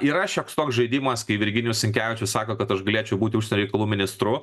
yra šioks toks žaidimas kai virginijus sinkevičius sako kad aš galėčiau būti užsienio reikalų ministru